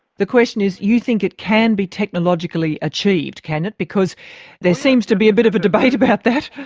the question is, you think it can be technologically achieved, can it, because there seems to be a bit of a debate about that.